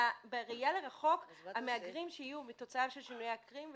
ובראייה לרחוק המהגרים שיהיו כתוצאה משינויי אקלים,